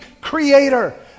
Creator